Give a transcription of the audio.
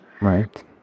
Right